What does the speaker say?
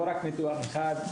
לא רק ניתוח אחד,